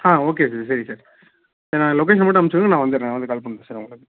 ஆ okay sir சரி sir sir நான் location மட்டும் அனுப்பிச்சுடுங்க நான் வந்துடுறேன் வந்து கால் பண்ணுறேன் சார் உங்களுக்கு